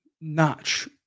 notch